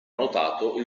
notato